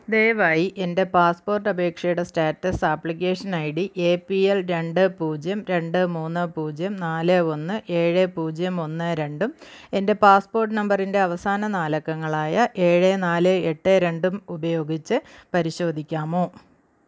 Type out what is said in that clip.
ദയവായി എന്റെ പാസ്പ്പോട്ടപേക്ഷയുടെ status application I D A P L രണ്ട് പൂജ്യം രണ്ട് മൂന്ന് പൂജ്യം നാല് ഒന്ന് ഏഴ് പൂജ്യം ഒന്ന് രണ്ടും എന്റെ പാസ്പ്പോട്ട് നമ്പറിന്റെ അവസാന നാലക്കങ്ങളായ ഏഴ് നാല് എട്ട് രണ്ടും ഉപയോഗിച്ച് പരിശോധിക്കാമോ